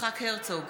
יצחק הרצוג,